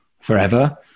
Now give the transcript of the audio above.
forever